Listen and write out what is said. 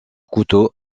couteau